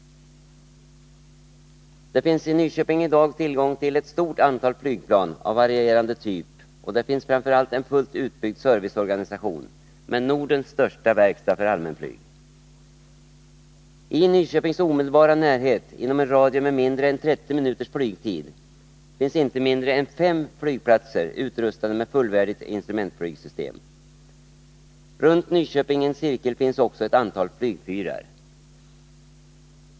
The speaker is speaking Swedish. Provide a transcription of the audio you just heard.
Det finns i Nyköping i dag tillgång till ett stort antal flygplan av varierande typ, och det finns framför allt en fullt utbyggd serviceorganisation med Nordens största verkstad för allmänflyg. I Nyköpings omedelbara närhet inom en radie med mindre än 30 minuters flygtid finns inte mindre än fem flygplatser utrustade med fullvärdigt instrumentflygsystem. Runt Nyköping i en cirkel finns också ett antal flygfyrar.